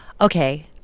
Okay